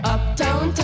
Uptown